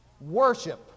worship